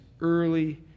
early